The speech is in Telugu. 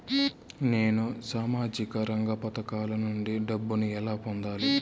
నేను సామాజిక రంగ పథకాల నుండి డబ్బుని ఎలా పొందాలి?